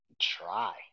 try